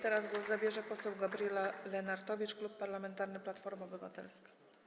Teraz głos zabierze poseł Gabriela Lenartowicz, Klub Parlamentarny Platforma Obywatelska.